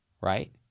right